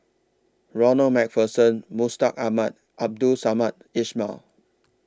Ronald MacPherson Mustaq Ahmad Abdul Samad Ismail